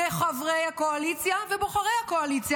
וחברי הקואליציה ובוחרי הקואליציה.